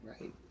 right